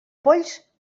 polls